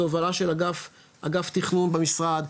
זה הובלה של אגף תכנון במשרד,